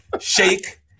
shake